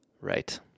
Right